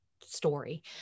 story